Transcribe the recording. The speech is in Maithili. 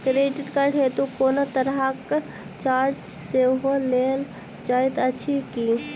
क्रेडिट कार्ड हेतु कोनो तरहक चार्ज सेहो लेल जाइत अछि की?